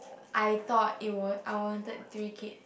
I thought it would I would wanted three kid